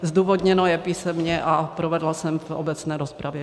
Zdůvodněno je písemně a provedla jsem v obecné rozpravě.